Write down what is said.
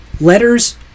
letters